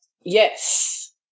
Yes